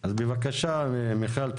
בבקשה מיכל,